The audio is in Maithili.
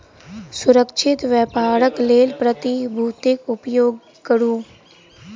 सुरक्षित व्यापारक लेल प्रतिभूतिक उपयोग करू